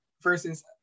versus